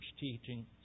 teaching